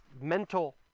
mental